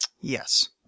Yes